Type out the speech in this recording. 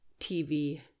TV